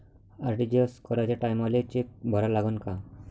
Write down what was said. RTGS कराच्या टायमाले cheque भरा लागन का?